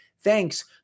thanks